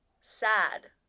sad